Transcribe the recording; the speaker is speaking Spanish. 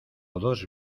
dos